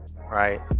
right